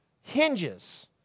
hinges